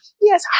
Yes